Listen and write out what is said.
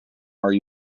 are